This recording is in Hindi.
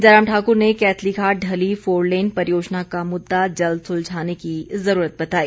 जयराम ठाक़र ने कैथलीघाट ढली फोरलेन परियोजना का मुद्दा जल्द सुलझाने की जरूरत बताई